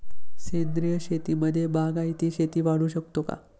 सेंद्रिय शेतीमध्ये बागायती शेती वाढवू शकतो का?